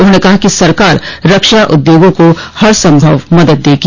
उन्होंने कहा कि सरकार रक्षा उद्योगों को हर संभव मदद देगी